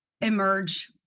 emerge